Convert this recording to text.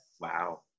Wow